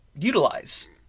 utilize